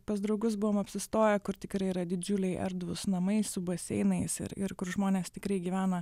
pas draugus buvom apsistoję kur tikrai yra didžiuliai erdvūs namai su baseinais ir ir kur žmonės tikrai gyvena